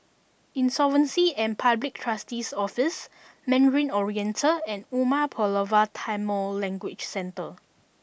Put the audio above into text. Insolvency and Public Trustee's Office Mandarin Oriental and Umar Pulavar Tamil Language Centre